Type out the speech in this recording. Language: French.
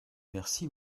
merci